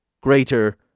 greater